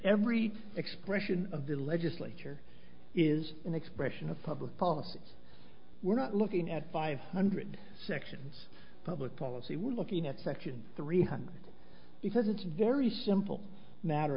every expression of the legislature is an expression of public policy we're not looking at five hundred sections public policy we're looking at section three hundred because it's very simple matter